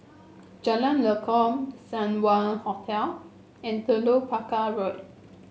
Jalan Lekub Seng Wah Hotel and Telok Paku Road